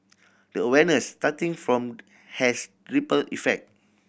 the awareness starting from has ripple effect